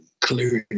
clearly